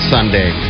Sunday